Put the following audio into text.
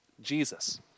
Jesus